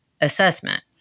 assessment